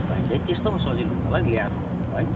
पाइन्छ है त्यस्तो पो सजिलो हुन्छ होला है ल्याएर रोप्नु त है